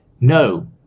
No